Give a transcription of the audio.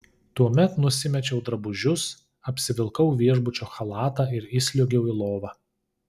tuomet nusimečiau drabužius apsivilkau viešbučio chalatą ir įsliuogiau į lovą